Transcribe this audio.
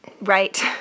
Right